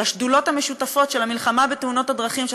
לשדולות המשותפות של המלחמה בתאונות הדרכים של